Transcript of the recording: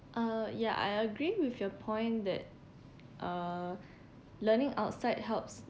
uh ya I agree with your point that uh learning outside helps